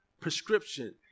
prescription